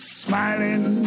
smiling